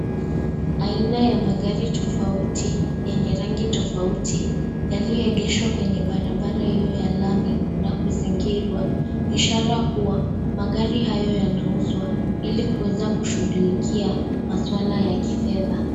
Aina ya magari tofauti, yenye rangi tofauti, yaliyoegeshwa kwenye barabara hiyo ya lami na kuzingirwa. Ishara kuwa, magari hayo yanauzwa ili kuweza kushughulikia masuala ya kifedha.